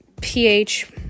ph